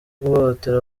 guhohotera